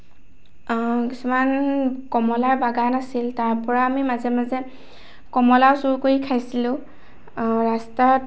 কিছুমান কমলাৰ বাগান আছিল তাৰপৰা আমি মাজে মাজে কমলাও চোৰ কৰি খাইছিলোঁ ৰাস্তাত